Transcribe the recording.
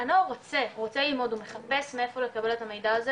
רוצה ללמוד הוא מחפש מאיפה לקבל את המידע הזה